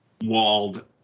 walled